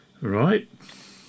right